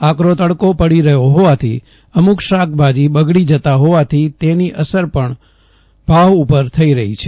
આકરો તડકો પડી રહ્યા હોવાથી અમુક શાકભાજી બગડી જતા ફોવાથી તેની પણ અસર ભાવ ઉપર થઇ રફી છે